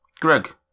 Greg